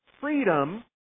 freedom